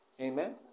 Amen